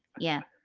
yeah.